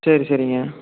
சரி சரிங்க